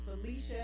Felicia